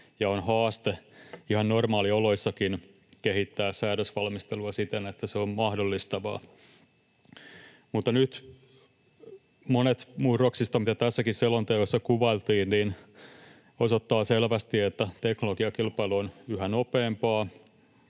On haaste ihan normaalioloissakin kehittää säädösvalmistelua siten, että se on mahdollistavaa. Nyt monet murroksista, mitä tässäkin selonteossa kuvailtiin, osoittavat selvästi, että teknologiakilpailu on yhä nopeampaa,